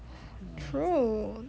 ooh